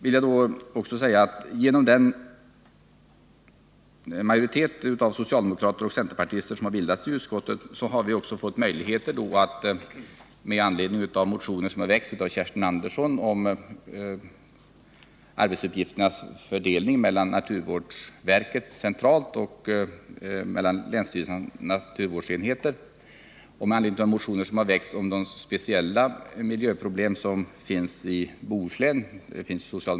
I denna fråga har motioner väckts av centerpartisterna Kerstin Andersson i Hjärtum och Kerstin Göthberg om arbetsuppgifternas fördelning mellan naturvårdsverket centralt och länsstyrelsernas naturvårdsenheter, liksom av Evert Svensson m.fl. socialdemokrater om de speciella miljöprobelm som finnsi Bohuslän.